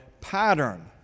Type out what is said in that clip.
pattern